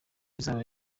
izaba